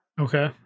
okay